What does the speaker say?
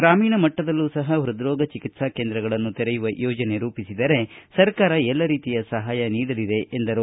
ಗ್ರಾಮೀಣ ಮಟ್ಟದಲ್ಲೂ ಸಪ ಪೃದ್ರೋಗ ಚಿಕಿತ್ಸಾ ಕೇಂದ್ರಗಳನ್ನು ಸಪ ತೆರೆಯುವ ಯೋಜನೆ ರೂಪಿಸಿದರೆ ಸರ್ಕಾರ ಎಲ್ಲ ರೀತಿಯ ಸಪಾಯ ನೀಡಲಿದೆ ಎಂದರು